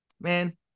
Man